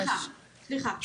סליחה, סליחה.